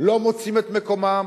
לא מוצאים את מקומם.